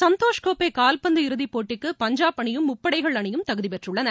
சந்தோஷ் கோப்பை கால்பந்து இறுதிப் போட்டிக்கு பஞ்சாப் அணியும் முப்படைகள் அணியும் தகுதி பெற்றுள்ளன